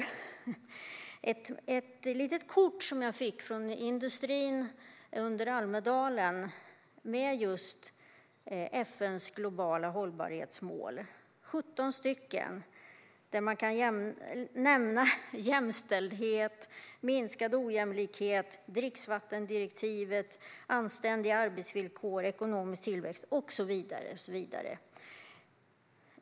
Det här är ett litet kort som jag fick från industrin under Almedalsveckan med en förteckning över just FN:s globala hållbarhetsmål på. Det är 17 mål, och jag kan nämna jämställdhet, minskad ojämlikhet, dricksvattendirektivet, anständiga arbetsvillkor, ekonomisk tillväxt och så vidare.